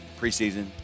preseason